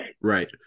Right